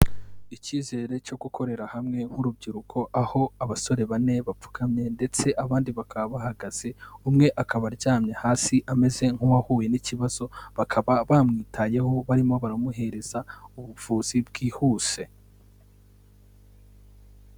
Icyizere cyo gukorera hamwe nk'urubyiruko, aho abasore bane bapfukamye, ndetse abandi bakaba bahagaze, umwe akaba aryamye hasi, ameze nk'uwahuye n'ikibazo, bakaba bamwitayeho, barimo baramuhereza ubuvuzi, bwihuse.